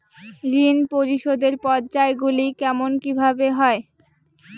ঋণ পরিশোধের পর্যায়গুলি কেমন কিভাবে হয়?